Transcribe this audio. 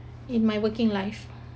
in my working life